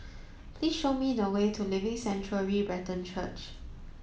please show me the way to Living Sanctuary Brethren Church